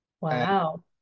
Wow